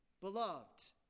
Beloved